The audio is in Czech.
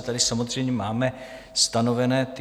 Tady samozřejmě máme stanovené limity.